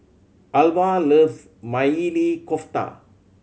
Alvah loves Maili Kofta